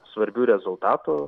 svarbių rezultatų